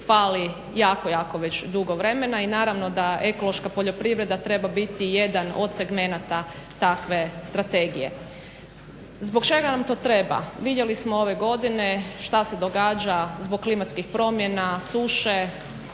fali jako, jako već dugo vremena. I naravno da ekološka poljoprivreda treba biti jedan od segmenata takve strategije. Zbog čega nam to treba? Vidjeli smo ove godine šta se događa zbog klimatskih promjena, suše,